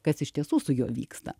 kas iš tiesų su juo vyksta